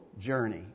journey